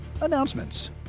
announcements